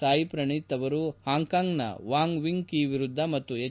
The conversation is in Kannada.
ಸಾಯಿ ಪ್ರಣೀತ್ ಅವರು ಹಾಂಗ್ಕಾಂಗ್ನ ವಾಂಗ್ವಿಂಗ್ ಕಿ ವಿರುದ್ದ ಮತ್ತು ಎಚ್